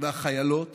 והחיילות